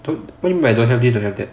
what you mean don't have this that don't have